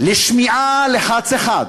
לשמיעה לחץ 1,